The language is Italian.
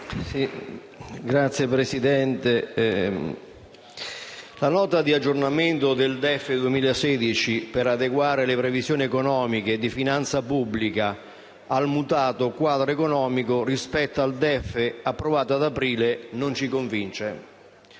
la Nota di aggiornamento al DEF 2016, necessaria per adeguare le previsioni economiche di finanza pubblica al mutato quadro economico rispetto al DEF approvato ad aprile, non ci convince.